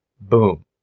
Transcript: boom